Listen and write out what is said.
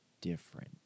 different